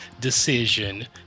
decision